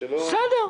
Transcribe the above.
בסדר,